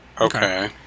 Okay